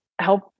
help